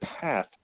path